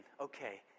okay